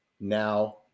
now